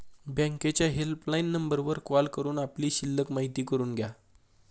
बँकेच्या हेल्पलाईन नंबरवर कॉल करून आपली शिल्लक माहिती करून घ्या